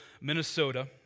Minnesota